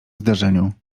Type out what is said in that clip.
zdarzeniu